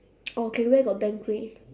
okay where got banquet